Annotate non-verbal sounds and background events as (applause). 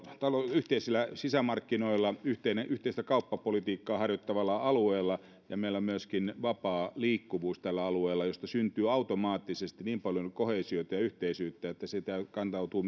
yhteisillä sisämarkkinoilla yhteistä kauppapolitiikkaa harjoittavalla alueella ja meillä on tällä alueella myöskin vapaa liikkuvuus josta syntyy automaattisesti niin paljon koheesiota ja yhteisyyttä että siitä kantautuu (unintelligible)